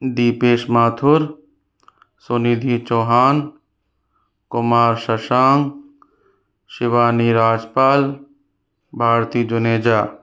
Dipesh Mathur Sunidhi Chauhan Kumar Shashank Shivani Rajpal Bharti Juneja